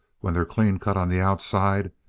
when they're clean-cut on the outside,